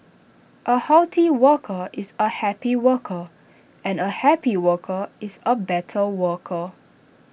A healthy worker is A happy worker and A happy worker is A better worker